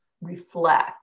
reflect